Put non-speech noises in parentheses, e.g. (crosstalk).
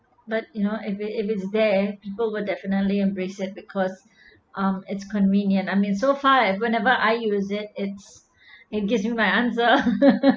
but you know if it if it's there people would definitely embrace it because um it's convenient I mean so if I whenever I use it it's it gives you my answer (laughs)